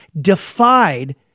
defied